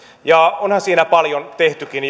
ja onhan siinä jo tehtykin